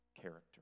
character